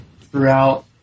throughout